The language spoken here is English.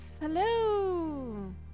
Hello